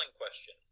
question